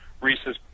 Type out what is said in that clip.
Reese's